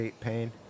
pain